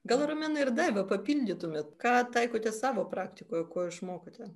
gal romena ir daiva papildytumėte ką taikote savo praktikoje ko išmokote